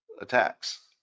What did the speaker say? attacks